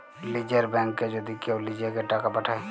লীযের ব্যাংকে যদি কেউ লিজেঁকে টাকা পাঠায়